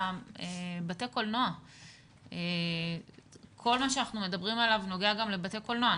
כל מה שאנחנו מדברים עליו נוגע גם לבתי קולנוע.